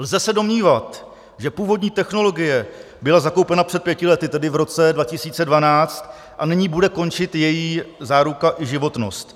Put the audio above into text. Lze se domnívat, že původní technologie byla zakoupena před pěti lety, tedy v roce 2012, a nyní bude končit její záruka i životnost.